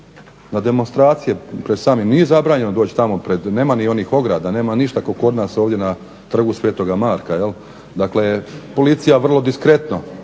na demonstracije pred sami, nije zabranjeno doći tamo pred, nema ni onih ograda, nema ništa kao kod nas ovdje na trgu Sv. Marka, jel? Dakle, policija vrlo diskretno